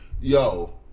Yo